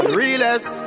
realest